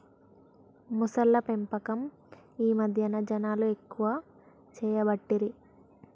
మొసళ్ల పెంపకం ఈ మధ్యన జనాలు ఎక్కువ చేయబట్టిరి